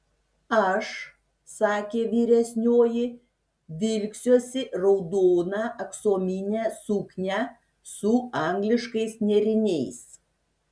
aš sakė vyresnioji vilksiuosi raudoną aksominę suknią su angliškais nėriniais